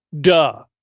duh